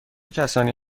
کسانی